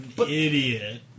idiot